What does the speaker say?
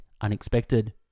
unexpected